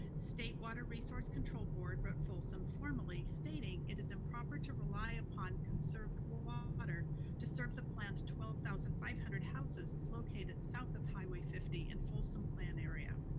state water resource control board wrote folsom formally, stating it is improper to rely upon conserved water to serve the planned twelve thousand five hundred houses located south of highway fifty in and folsom plan area.